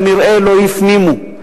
כנראה לא הפנימו,